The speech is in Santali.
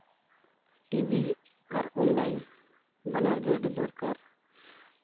ᱴᱤᱵᱷᱤ ᱟᱨ ᱚᱱᱞᱟᱭᱤᱱ ᱵᱟᱱᱟᱨᱜᱮ ᱟᱹᱰᱤ ᱫᱚᱨᱠᱟᱨ